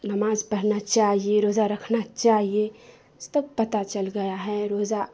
نماز پڑھنا چاہیے روزہ رکھنا چاہیے یہ سب پتہ چل گیا ہے روزہ